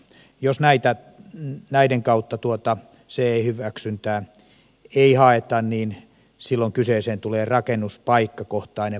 jos näiden kautta tuota ce hyväksyntää ei haeta silloin kyseeseen tulee rakennuspaikkakohtainen varmentaminen